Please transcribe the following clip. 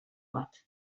bat